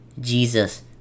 Jesus